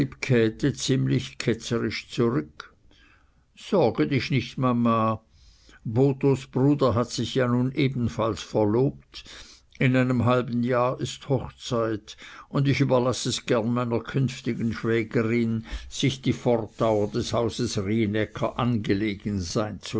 käthe ziemlich ketzerisch zurück sorge dich nicht mama bothos bruder hat sich ja nun ebenfalls verlobt in einem halben jahr ist hochzeit und ich überlaß es gern meiner zukünftigen schwägerin sich die fortdauer des hauses rienäcker angelegen sein